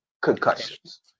concussions